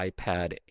iPad